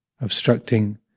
obstructing